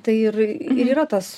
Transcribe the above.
tai ir ir yra tas